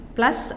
plus